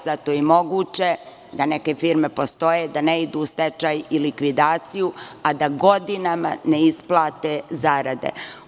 Zato je i moguće da neke firme postoje i da ne idu u stečaj i likvidaciju, a da godinama ne isplate zarade.